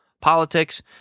politics